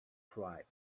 pride